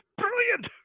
Brilliant